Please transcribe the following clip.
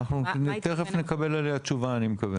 אנחנו תכף נקבל עליה תשובה אני מקווה.